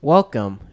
Welcome